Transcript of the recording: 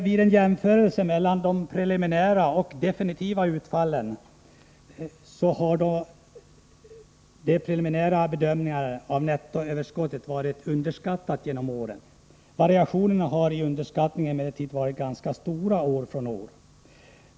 Vid jämförelser mellan preliminära och definitiva utfall har det visat sig att de preliminära bedömningarna av nettoöverskottet under åren har legat i underkant. Variationerna i denna underskattning har emellertid varit ganska stora år från år.